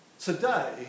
Today